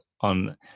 on